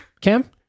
Cam